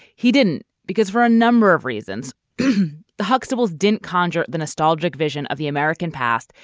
he didn't because for a number of reasons the huxtables didn't conjure the nostalgia vision of the american past.